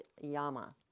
Yama